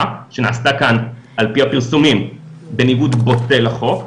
שנעשתה על פי הפרסומים בניגוד בוטה לחוק,